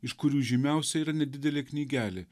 iš kurių žymiausia yra nedidelė knygelė